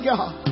God